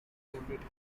hundredth